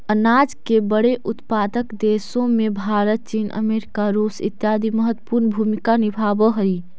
अनाज के बड़े उत्पादक देशों में भारत चीन अमेरिका रूस इत्यादि महत्वपूर्ण भूमिका निभावअ हई